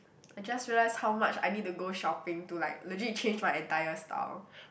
I just realise how much I need to go shopping to like legit change my entire style